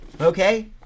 Okay